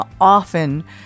often